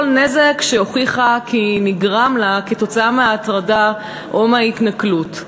נזק שהוכיחה כי נגרם לה מההטרדה או מההתנכלות.